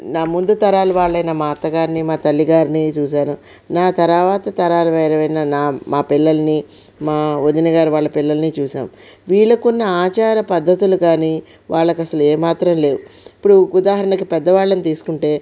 నా ముందు తరాలు వాళ్ళయినా మా అత్తగారిని మా తల్లి గారిని చూశాను నా తరువాత తరాల వేరువేరైనా నా మా పిల్లల్ని మా వదిన గారి వాళ్ళ పిల్లల్ని చూసాం వీళ్ళకు ఉన్న ఆచార పద్ధతులు గాని వాళ్ళకు అసలు ఏమాత్రం లేవు ఇప్పుడు ఉదాహరణకు పెద్దవాళ్ళని తీసుకుంటే